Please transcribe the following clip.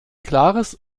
klares